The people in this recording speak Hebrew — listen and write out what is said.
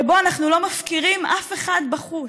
שבו אנחנו לא מפקירים אף אחד בחוץ,